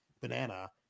banana